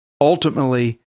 Ultimately